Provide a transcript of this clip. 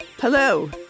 Hello